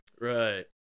Right